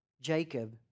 Jacob